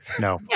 No